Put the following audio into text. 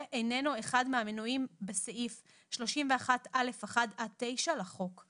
איננו חד מהמנויים בסעיף 31(א)(1) עד (9) לחוק: